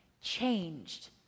Changed